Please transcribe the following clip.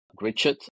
Richard